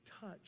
touch